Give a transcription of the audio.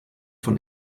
von